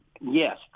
Yes